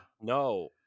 No